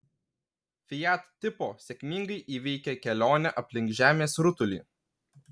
fiat tipo sėkmingai įveikė kelionę aplink žemės rutulį